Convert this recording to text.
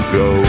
go